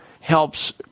helps